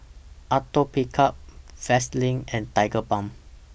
Atopiclair Vaselin and Tigerbalm